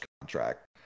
contract